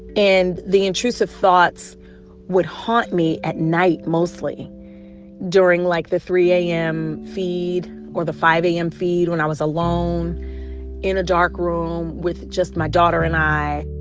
and the intrusive thoughts would haunt me at night, mostly during, like, the three a m. feed or the five a m. feed when i was alone in a dark room with just my daughter and i